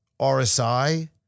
RSI